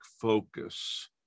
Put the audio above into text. focus